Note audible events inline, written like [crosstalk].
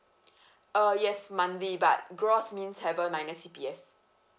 [breath] uh yes monthly but gross means haven't minus C_P_F